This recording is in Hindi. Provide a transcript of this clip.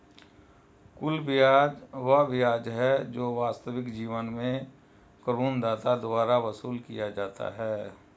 कुल ब्याज वह ब्याज है जो वास्तविक जीवन में ऋणदाता द्वारा वसूल किया जाता है